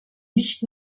nicht